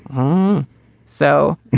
hmm so